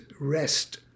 rest